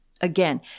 Again